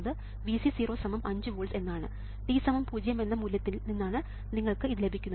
t 0 എന്ന മൂല്യത്തിൽ നിന്നാണ് നിങ്ങൾക്ക് ഇത് ലഭിക്കുന്നത്